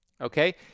Okay